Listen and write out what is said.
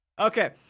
Okay